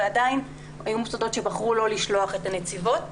ועדיין היו מוסדות שבחרו לא לשלוח את הנציבות.